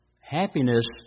Happiness